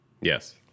Yes